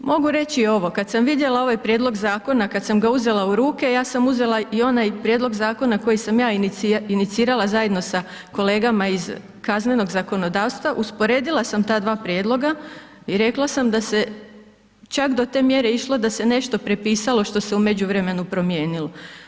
Mogu reći i ovo, kada sam vidjela ovaj prijedlog zakona, kada sam ga uzela u ruke, ja sam uzela i onaj prijedlog zakona, koji sam ja inicirala zajedno sa kolegama iz kaznenog zakonodavstva, usporedila sam ta dva prijedloga i rekla sam da se čak do te mjere išlo, da se nešto prepisalo, što se u međuvremenu promijenilo.